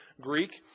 Greek